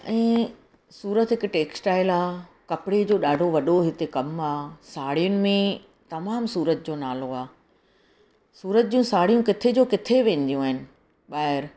ऐं सूरत हिकु टेक्स्टाइल आहे कपिड़े जो ॾाढो वॾो हिते कमु आहे साड़ियुनि में तमामु सूरत जो नालो आहे सूरत जूं साड़ियूं किथे जो किथे वेंदियूं आहिनि ॿाहिरि